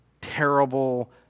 Terrible